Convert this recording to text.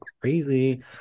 crazy